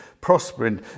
prospering